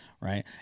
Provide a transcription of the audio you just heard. Right